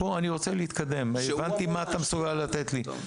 אני רוצה להתקדם, הבנתי מה אתה מסוגל לתת לי.